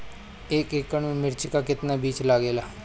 एक एकड़ में मिर्चा का कितना बीज लागेला?